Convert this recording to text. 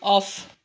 of